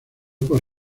por